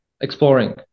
exploring